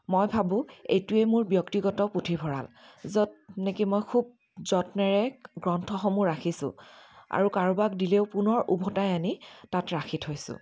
মই ভাবোঁ এইটোৱেই মোৰ ব্যক্তিগত পুথিভঁৰাল য'ত নেকি মই খুব যত্নেৰে গ্ৰন্থসমূহ ৰাখিছোঁ আৰু কাৰোবাৰক দিলেও পুনৰ ওভতাই আনি তাত ৰাখি থৈছোঁ